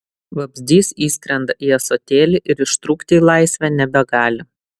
vabzdys įskrenda į ąsotėlį ir ištrūkti į laisvę nebegali